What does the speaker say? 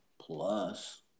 plus